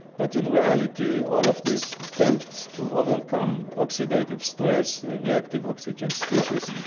but in reality all of these attempts to overcome oxidative stress, reactive oxygen species,